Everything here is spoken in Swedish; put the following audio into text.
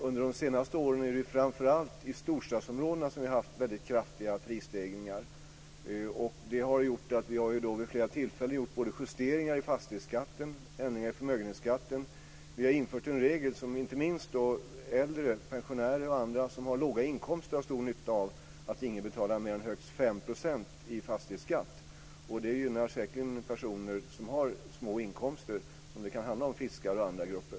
Under de senaste åren är det framför allt i storstadsområdena som vi har haft väldigt kraftiga prisstegringar. Det har gjort att vi vid flera tillfällen har gjort justeringar i fastighetsskatten och ändringar i förmögenhetsskatten. Vi har infört en regel, som inte minst äldre, pensionärer och andra som har låga inkomster har stor nytta av, som innebär att ingen betalar mer än högst 5 % i fastighetsskatt. Det gynnar säkerligen personer som har små inkomster. Det kan handla om fiskare och andra grupper.